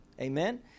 Amen